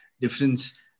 difference